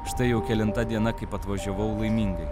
štai jau kelinta diena kaip atvažiavau laimingai